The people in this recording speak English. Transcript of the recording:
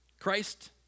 Christ